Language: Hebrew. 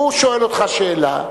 הוא שואל אותך שאלה,